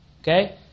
Okay